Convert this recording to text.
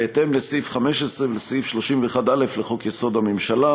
בהתאם לסעיף 15 ולסעיף 31(א) לחוק-יסוד: הממשלה,